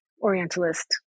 Orientalist